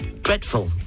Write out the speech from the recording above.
dreadful